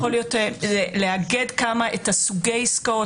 יכול לאגד את סוגי העסקאות,